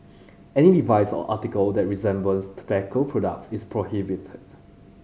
any device or article that resembles tobacco products is prohibited